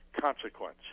consequence